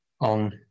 on